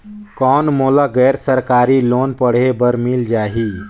कौन मोला गैर सरकारी लोन पढ़े बर मिल जाहि?